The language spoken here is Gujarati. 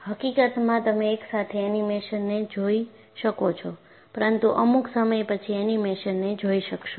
હકીકતમાં તમે એકસાથે એનિમેશનને જોઈ શકો છો પરંતુ અમુક સમય પછી એનિમેશનને જોઈ શકશો